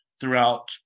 throughout